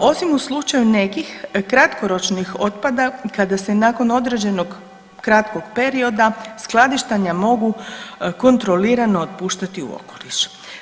osim u slučaju nekih kratkoročnih otpada kada se nakon određenog kratkog perioda skladištenja mogu kontrolirati otpuštati u okoliš.